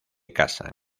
casan